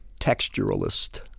texturalist